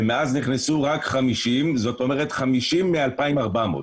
ומאז נכנסו רק 50. זאת אומרת, 50 מ-2,400.